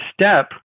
step